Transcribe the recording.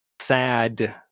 sad